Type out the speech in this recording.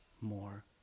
more